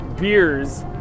beers